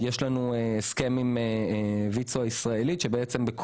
יש לנו הסכם עם ויצו הישראלית שבעצם הם יכולים